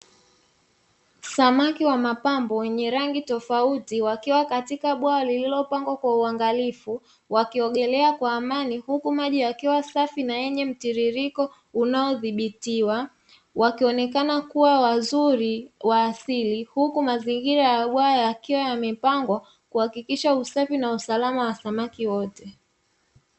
Samaki wa mapambo wenye rangi tofautitofauti wakiwa katika bwawa lililopangwa kwa uangalifu, wakiogelea kwa amani huku maji yakiwa safi na tulivu na yenye mtiririko unao dhibitiwa, wakionekana kua wazuri wa asili huku mazingira ya bwawa yakiwa yamepangwa kuhakikisha usafi na usalama wa samaki wote.